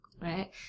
right